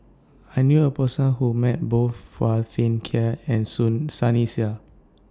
I knew A Person Who has Met Both Phua Thin Kiay and Sunny Sia